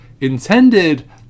Intended